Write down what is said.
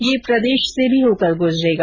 ये प्रदेश से भी होकर गुजरेगा